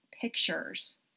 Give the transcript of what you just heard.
pictures